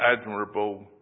admirable